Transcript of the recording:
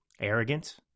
arrogant